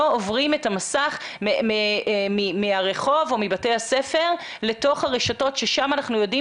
לא עוברים את המסך מהרחוב או מבתי הספר לתוך הרשתות ששם אנחנו יודעים